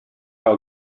i’ll